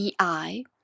EI